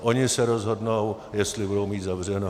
Oni se rozhodnou, jestli budou mít zavřeno.